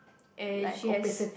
and she has